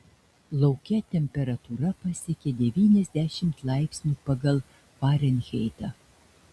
lauke temperatūra pasiekė devyniasdešimt laipsnių pagal farenheitą